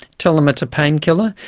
tell them it's a painkiller,